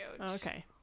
okay